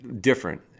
different